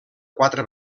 quatre